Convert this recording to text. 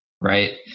right